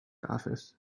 office